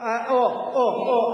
זה עוזר, או, או.